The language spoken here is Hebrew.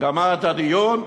גמר את הדיון.